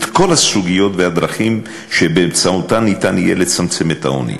כל הסוגיות והדרכים שבאמצעותן ניתן יהיה לצמצם את העוני.